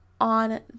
on